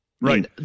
Right